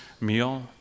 meal